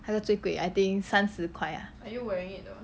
它是最贵 I think 三十块啊